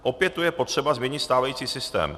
Opět tu je potřeba změnit stávající systém.